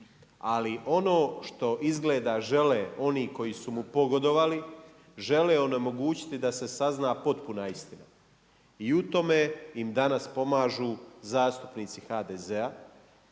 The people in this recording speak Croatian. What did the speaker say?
Ali ono što izgleda žele oni koji su mu pogodovali, žele onemogućiti da se sazna potpuna istina i u tome im danas pomažu zastupnici HDZ-a